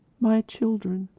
my children,